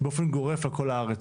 באופן גורף על כל הארץ.